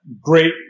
great